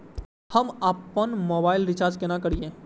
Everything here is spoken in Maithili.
हम आपन मोबाइल के रिचार्ज केना करिए?